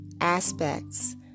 aspects